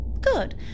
Good